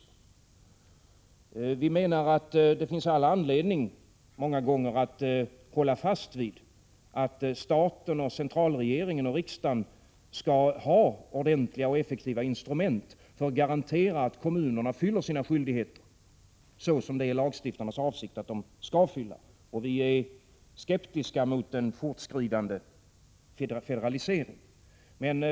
Det finns många gånger all anledning att hålla fast vid att staten, centralregeringen och riksdagen, skall ha ordentliga och effektiva instrument för att garantera att kommunerna uppfyller sina skyldigheter, så som det är lagstiftarnas avsikt att de skall göra. Vi är skeptiska mot en fortskridande federalisering.